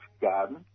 garden